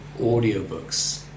audiobooks